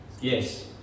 Yes